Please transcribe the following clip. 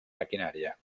maquinària